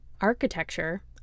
Architecture